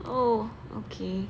oh okay